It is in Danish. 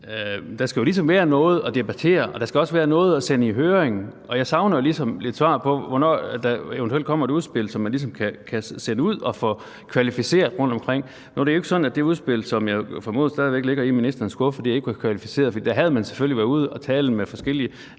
der skal jo ligesom være noget at debattere, og der skal også være noget at sende i høring, og jeg savner et svar på, hvornår der eventuelt kommer et udspil, som man ligesom kan få sendt ud og få kvalificeret rundtomkring. Det var jo ikke sådan, at det udspil, som jeg formoder stadig væk ligger i ministerens skuffe, ikke var kvalificeret, for man havde selvfølgelig været ude og tale med forskellige